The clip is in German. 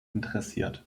interessiert